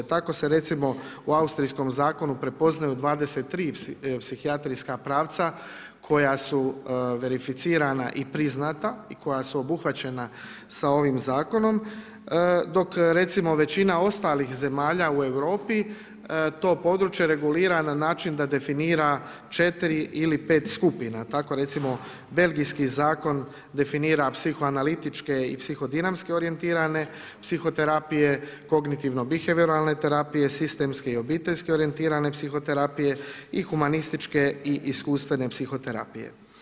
Tako se recimo u austrijskom zakonu prepoznaju 23 psihijatrijska pravca koja su verificirana i priznata i koja su obuhvaćena sa ovim zakonom dok recimo većina ostalih zemalja u Europi to područje regulira na način da definira 4 ili 5 skupina, tako recimo belgijski zakon definira psihoanalitičke i psihodinamske orijentirane psihoterapije, kognitivno-bihevioralne terapije, sistemski i obiteljski orijentirane psihoterapije i humanističke i iskustvene psihoterapije.